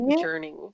journey